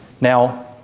Now